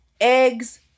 eggs